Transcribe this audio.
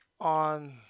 on